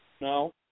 No